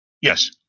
Yes